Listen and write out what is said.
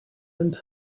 and